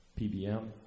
PBM